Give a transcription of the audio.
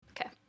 Okay